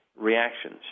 reactions